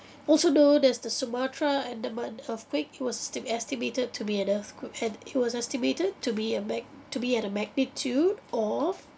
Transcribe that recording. also known as the sumatra-andaman earthquake it was still estimated to be an earthquake and it was estimated to be a mag~ to be at a magnitude of